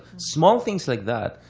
small things like that.